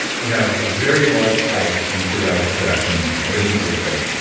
you have a very large spike in free radical production that isn't really good.